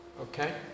okay